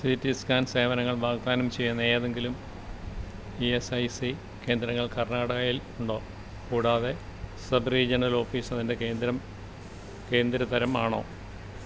C T scan സേവനങ്ങൾ വാഗ്ദാനം ചെയ്യുന്ന ഏതെങ്കിലും ഈ എസ് ഐ സി കേന്ദ്രങ്ങൾ കർണാടകയിൽ ഉണ്ടോ കൂടാതെ സബ്റീജിണൽ ഓഫീസ് അതിൻ്റെ കേന്ദ്രം കേന്ദ്ര തരം ആണോ